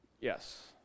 Yes